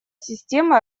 системы